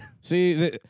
see